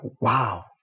wow